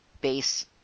base